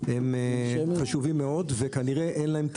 הם חשובים מאוד וכנראה אין להם תחליף.